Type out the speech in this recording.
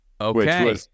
Okay